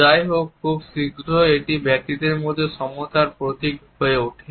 যাইহোক খুব শীঘ্রই এটি ব্যক্তিদের মধ্যে সমতার প্রতীক হয়ে ওঠে